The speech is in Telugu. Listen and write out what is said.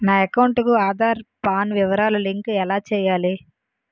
నా అకౌంట్ కు ఆధార్, పాన్ వివరాలు లంకె ఎలా చేయాలి?